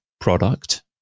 product